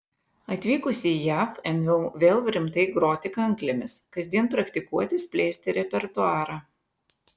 atvykusi į jav ėmiau vėl rimtai groti kanklėmis kasdien praktikuotis plėsti repertuarą